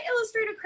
illustrator